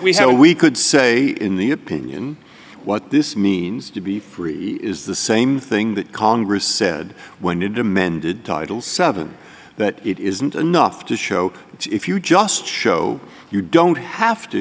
so we could say in the opinion what this means to be free is the same thing that congress said when you demanded title seven that it isn't enough to show if you just show you don't have to